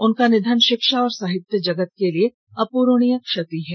उनका निधन शिक्षा और साहित्य जगत के लिए अप्रणीय क्षति है